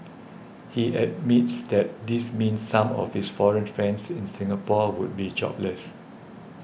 he admits that this means some of his foreign friends in Singapore would be jobless